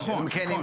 נכון.